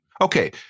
Okay